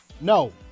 No